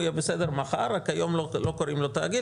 הוא יהיה בסדר מחר רק שהיום לא קוראים לו תאגיד